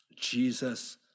Jesus